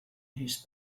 his